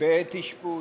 בעת אשפוז.